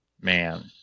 man